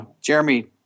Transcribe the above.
Jeremy